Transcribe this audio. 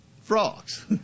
Frogs